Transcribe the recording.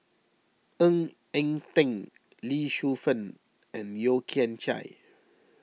Ng Eng Teng Lee Shu Fen and Yeo Kian Chye